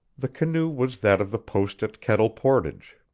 the canoe was that of the post at kettle portage.